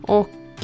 och